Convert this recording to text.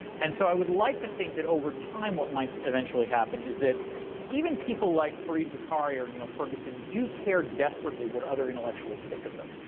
and so i would like to think that over time what might eventually happen is that even people like fareed zakaria or niall ferguson do care desperately what other intellectuals think of them.